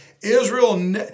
Israel